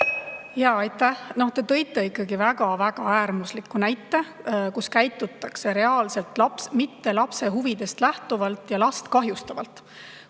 … Aitäh! No te tõite ikkagi väga äärmusliku näite, kus käitutakse reaalselt mitte lapse huvidest lähtuvalt, vaid last kahjustavalt.